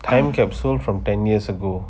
time capsule from ten years ago